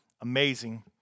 amazing